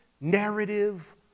narrative